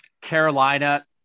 Carolina